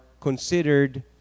considered